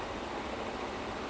ah okay